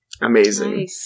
Amazing